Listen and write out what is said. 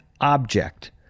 object